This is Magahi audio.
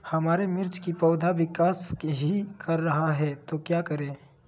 हमारे मिर्च कि पौधा विकास ही कर रहा है तो क्या करे?